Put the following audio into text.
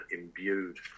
imbued